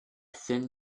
thin